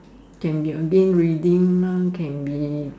can be again reading mah can be